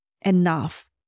enough